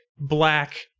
black